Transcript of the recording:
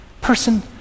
Person